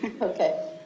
Okay